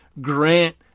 grant